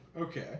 okay